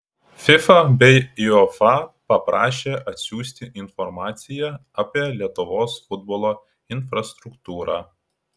fifa bei uefa paprašė atsiųsti informaciją apie lietuvos futbolo infrastruktūrą